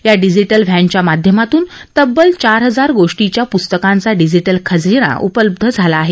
या डिजिटल व्हसिया माध्यमातून तब्बल चार हजार गोष्टीच्या पुस्तकांचा डिजिटल खजाना उपलब्ध झाला आहे